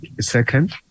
second